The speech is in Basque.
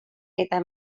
eta